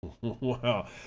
Wow